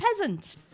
peasant